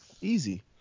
Easy